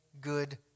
good